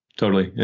totally.